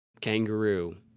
kangaroo